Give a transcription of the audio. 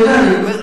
אני יודע,